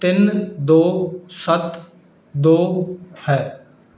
ਤਿੰਨ ਦੋ ਸੱਤ ਦੋ ਹੈ